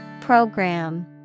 Program